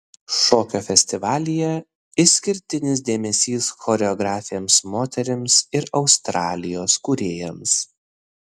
šokio festivalyje išskirtinis dėmesys choreografėms moterims ir australijos kūrėjams